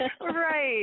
Right